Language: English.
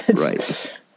Right